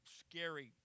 scary